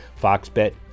FoxBet